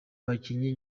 abakinnyi